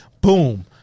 Boom